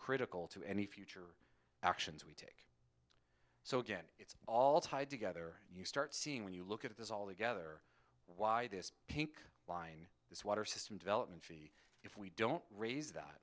critical to any future actions we take so again it's all tied together and you start seeing when you look at this all together why this pink line this water system development fee if we don't raise that